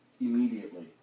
Immediately